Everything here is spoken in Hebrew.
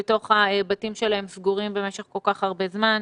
סגורים בתוך הבתים שלהם במשך כל כך הרבה זמן,